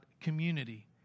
community